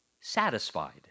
satisfied